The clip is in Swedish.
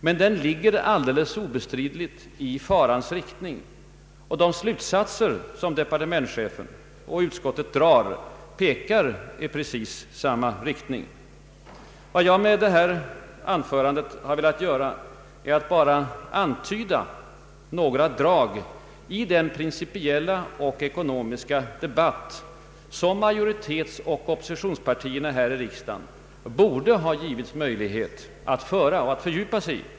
Men den ligger obestridligt i farans rikt ning, och de slutsatser som departementschefen och utskottet drar pekar i princip i samma riktning. Jag har med detta anförande bara velat antyda några drag i den principiella och ekonomiska debatt som majoritetsoch oppositionspartierna här i riksdagen borde ha givits möjlighet att föra och fördjupa sig i.